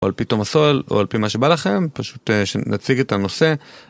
או על פי תומסול או על פי מה שבא לכם, פשוט שנציג את הנושא.